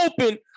open